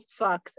fucks